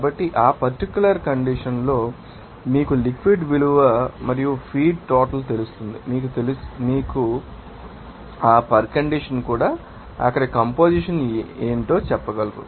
కాబట్టి ఆ particular condition లో మీకు లిక్విడ్ విలువ తెలుసు మరియు ఫీడ్ టోటల్ తెలుస్తుందని మీకు తెలుసు మరియు ఆ పరికండిషన్ కూడా అక్కడ కంపొజిషన్ ఏమిటో మీరు చెప్పగలరు